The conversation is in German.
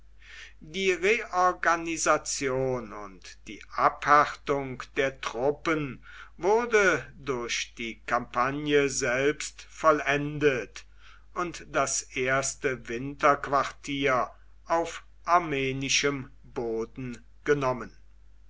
die reorganisation und die abhärtung der truppen wurde durch die kampagne selbst vollendet und das erste winterquartier auf armenischem boden genommen